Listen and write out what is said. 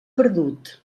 perdut